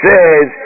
Says